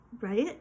right